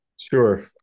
Sure